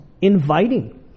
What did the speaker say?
inviting